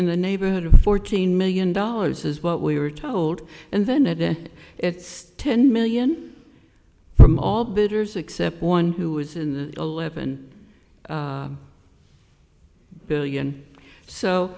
in the neighborhood of fourteen million dollars is what we were told and then today it's ten million from all bidders except one who was in the eleven billion so